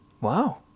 Wow